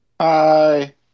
hi